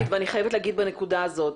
ומה שאותי מטריד ואני חייבת להגיד בנקודה הזאת.